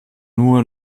nur